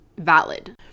valid